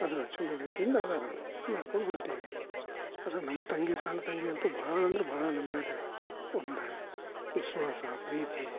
ಅದರ ಚಲೋ ರೀತಿಯಿಂದ ಅದಾರೆ ನಡ್ಕೊಂಡು ಹೊಂಟೀವಿ ಆದರೆ ನಮ್ಮ ತಂಗಿ ಸಣ್ಣ ತಂಗಿ ಅಂತೂ ಬ್ ಹ್ ಅಲ ಅಂದರೆ ಭಾಳ ನಮ್ಮ ಮೇಲೆ ಒಂದು ವಿಶ್ವಾಸ ಪ್ರೀತಿ